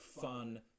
fun